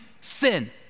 sin